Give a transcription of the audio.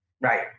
Right